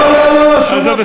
לא, לא, לא, שום הפסקה.